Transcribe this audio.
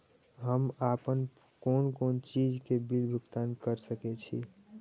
हम आपन कोन कोन चीज के बिल भुगतान कर सके छी?